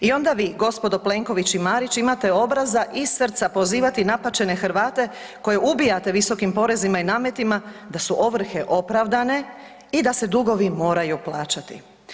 I onda vi, gospodo Plenković i Marić, imate obraza i srca pozivate napaćene Hrvate koje uvijate visokim porezima i nametima da su ovrhe opravdane i da se dugovi moraju plaćati.